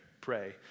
pray